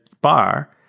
bar